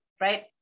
right